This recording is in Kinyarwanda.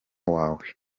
wawe